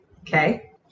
Okay